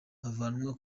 avanwa